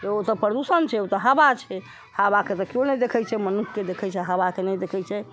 ओ तऽ प्रदूषण छै ओ तऽ हवा छै हवाके तऽ कियो नहि देखै छै मनुष्यके देखै छै हवाके नहि देखै छै